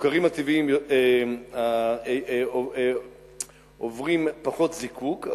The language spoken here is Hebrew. הסוכרים הטבעיים עוברים פחות זיקוק,